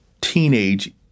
teenage –